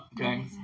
Okay